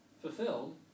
fulfilled